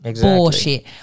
Bullshit